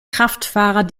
kraftfahrer